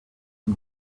and